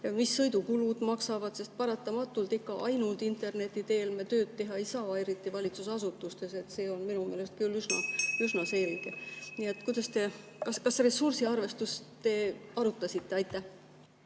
mis sõidukulud maksavad? Sest paratamatult ikka ainult interneti teel me tööd teha ei saa, eriti valitsusasutustes, see on minu meelest küll üsna selge. (Juhataja helistab kella.) Nii et kas te ressursiarvestust arutasite? Aitäh!